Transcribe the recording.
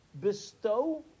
bestow